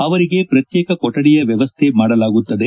ಅವರಿಗೆ ಪ್ರತ್ಯೇಕ ಕೊಠಡಿಯ ವ್ಯವಸ್ಥೆ ಮಾಡಲಾಗುತ್ತದೆ